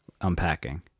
unpacking